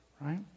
right